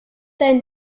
dein